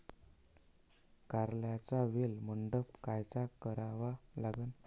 कारल्याचा वेल मंडप कायचा करावा लागन?